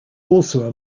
also